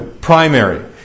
Primary